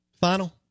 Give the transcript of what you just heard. final